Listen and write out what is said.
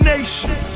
Nation